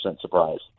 surprised